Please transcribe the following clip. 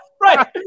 Right